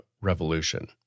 revolution